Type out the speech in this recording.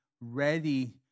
ready